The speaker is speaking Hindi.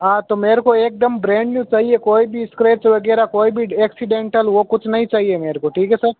हाँ तो मेरे को एक दम ब्रैंड न्यू चाहिए कोई भी स्क्रैच वगैरह कोई भी एक्सिडेंटल वह कुछ नहीं चाहिए मेरे को ठीक है सर